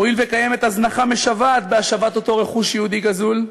הואיל וקיימת הזנחה משוועת בהשבת אותו רכוש יהודי גזול,